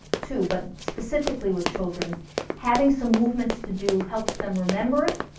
too. but specifically with children having some movements to do helps them remember it